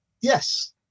Yes